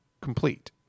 Complete